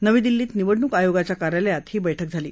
नवी दिल्लीत निवडणूक आयोगाच्या कार्यालयात ही बैठक झाली